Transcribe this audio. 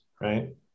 right